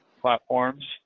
platforms